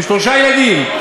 עם שלושה ילדים,